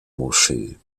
moschee